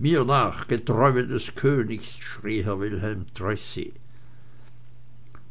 mir nach getreue des königs schrie herr wilhelm tracy